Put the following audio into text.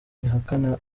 bihakana